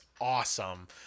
awesome